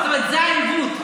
זאת אומרת, זה העיוות.